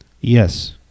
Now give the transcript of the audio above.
Yes